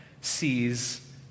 sees